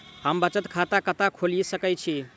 हम बचत खाता कतऽ खोलि सकै छी?